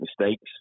mistakes